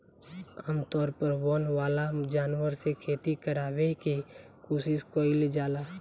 आमतौर पर वन वाला जानवर से खेती करावे के कोशिस कईल जाला